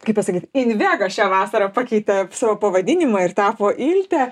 kaip pasakyt invega šią vasarą pakeitė savo pavadinimą ir tapo ilte